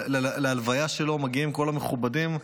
ולהלוויה שלו מגיעים כל המכובדים,